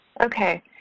Okay